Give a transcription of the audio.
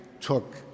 took